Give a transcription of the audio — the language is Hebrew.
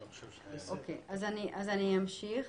אני אמשיך.